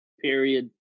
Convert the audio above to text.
Period